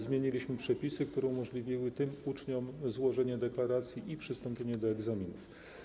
Zmieniliśmy przepisy, co umożliwiło tym uczniom złożenie deklaracji i przystąpienie do egzaminów.